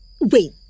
Wait